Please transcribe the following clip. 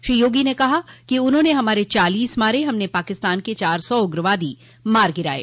श्री योगी ने कहा कि उन्होंने हमारे चालीस मारे हमने पाकिस्तान के चार सौ उग्रवादी मार गिराये